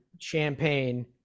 champagne